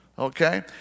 Okay